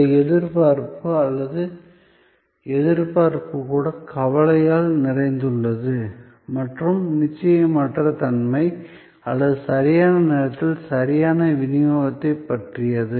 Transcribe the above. அந்த எதிர்பார்ப்பு அல்லது எதிர்பார்ப்பு கூட கவலையால் நிறைந்துள்ளது மற்றும் நிச்சயமற்ற தன்மை மற்றும் சரியான நேரத்தில் சரியான விநியோகத்தைப் பற்றியது